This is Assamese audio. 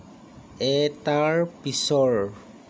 এটাৰ পিছৰ